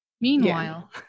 Meanwhile